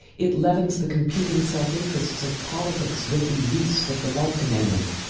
it leavens the competing self-interests of politics with the yeast of the love commandment,